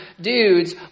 dudes